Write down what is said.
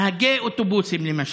נהגי אוטובוסים, למשל,